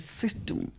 system